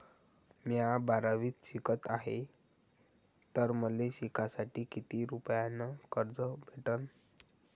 म्या बारावीत शिकत हाय तर मले शिकासाठी किती रुपयान कर्ज भेटन?